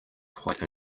quite